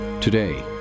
Today